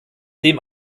dem